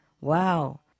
Wow